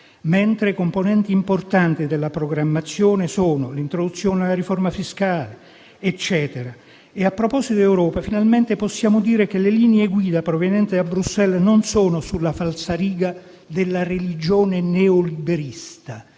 mentre ci sono componenti importanti della programmazione, come l'introduzione della riforma fiscale. A proposito di Europa, finalmente possiamo dire che le linee guida provenienti da Bruxelles non sono sulla falsariga della religione neoliberista